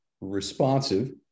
responsive